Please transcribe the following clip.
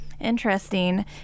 Interesting